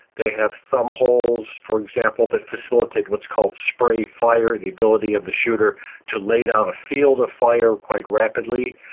they have thumb holes, for example, that facilitate what is called spray fire, the ability of the shooter to lay down a field of fire quite rapidly,